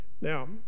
Now